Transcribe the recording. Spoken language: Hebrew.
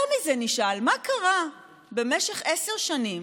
יותר מזה נשאל: מה קרה במשך עשר שנים